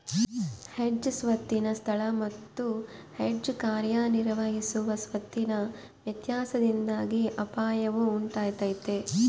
hedge ಸ್ವತ್ತಿನ ಸ್ಥಳ ಮತ್ತು ಹೆಡ್ಜ್ ಕಾರ್ಯನಿರ್ವಹಿಸುವ ಸ್ವತ್ತಿನ ವ್ಯತ್ಯಾಸದಿಂದಾಗಿ ಅಪಾಯವು ಉಂಟಾತೈತ